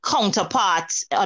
counterparts